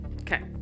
Okay